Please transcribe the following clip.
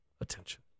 attention